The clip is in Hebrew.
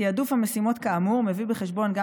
תיעדוף המשימות כאמור מביא בחשבון גם